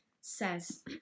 says